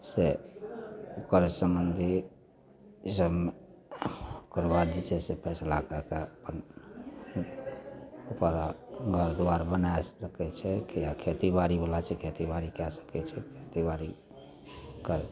से ओकर सम्बन्धिओ जमीन ओकरबाद जे छै से फैसला कै के ओहिपर आब घर दुआरि बनै सकै छै या खेतीबाड़ीवला छै खेतीबाड़ी कै सकै छै खेतीबाड़ी कर